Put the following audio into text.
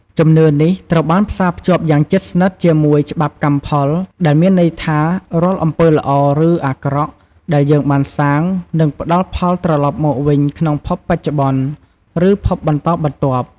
ជំនឿនេះត្រូវបានផ្សារភ្ជាប់យ៉ាងជិតស្និទ្ធជាមួយ ច្បាប់កម្មផល ដែលមានន័យថា រាល់អំពើល្អ ឬអាក្រក់ដែលយើងបានសាង នឹងផ្ដល់ផលត្រឡប់មកវិញក្នុងភពបច្ចុប្បន្ន ឬភពបន្តបន្ទាប់។